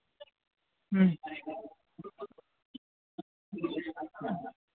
হুম